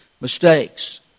mistakes